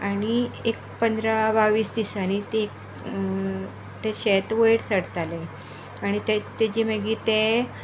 आनी एक पंदरा बावीस दिसांनी ते शेत वयर सरतालें आनी ताजें मागीर ते